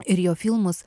ir jo filmus